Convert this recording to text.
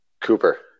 Cooper